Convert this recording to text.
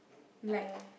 like